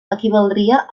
equivaldria